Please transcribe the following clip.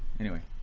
anyway.